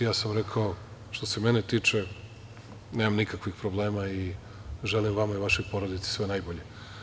Ja sam rekao – što se mene tiče nemam nikakvih problema i želim vama i vašoj porodici sve najbolje.